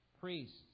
priests